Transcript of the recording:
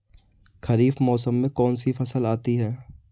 खरीफ मौसम में कौनसी फसल आती हैं?